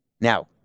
Now